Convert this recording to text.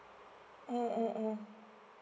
mm mm mm